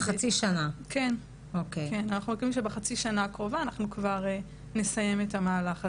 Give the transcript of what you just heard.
אנחנו מקווים שבחצי השנה הקרובה כבר נסיים את המהלך הזה,